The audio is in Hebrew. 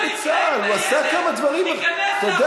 אלוף בצה"ל, הוא עשה כמה דברים בחיים, אתה יודע.